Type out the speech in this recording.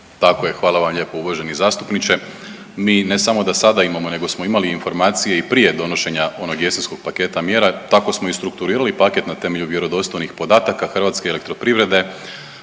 Tako je, hvala vam lijepo uvaženi zastupniče. Mi ne samo da sada imamo nego smo imali informacije i prije donošenja onog jesenskog paketa mjera, tako smo i strukturirali paket na temelju vjerodostojnih podataka HEP-a koja je